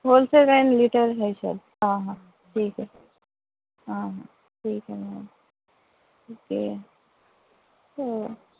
whole cell and retail ہے سب ہاں ہاں ٹھیک ہے ہاں ٹھیک ہے میم اوکے